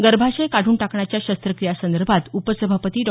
गर्भाशय काढून टाकण्याच्या शस्त्रक्रियांसंदर्भात उपसभापती डॉ